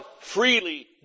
freely